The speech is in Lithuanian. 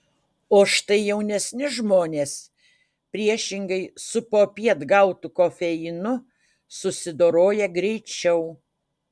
o štai jaunesni žmonės priešingai su popiet gautu kofeinu susidoroja greičiau